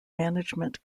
management